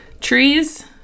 Trees